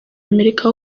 amerika